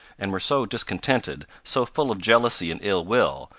and were so discontented, so full of jealousy and ill-will,